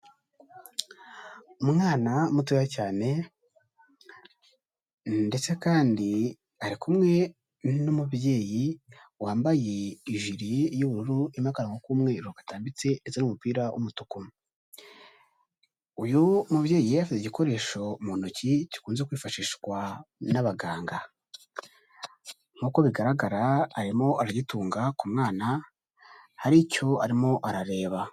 Umwana mutoya cyane ndetse kandi ari kumwe n'umubyeyi wambaye ijire y'ubururu irimo akarongo k'umweru gatambitse ndetse n'umupira w'umutuku, uyu mubyeyi afite igikoresho mu ntoki gikunze kwifashishwa n'abaganga, nkuko bigaragara arimo aragitunga ku mwana hari icyo arimo arareba.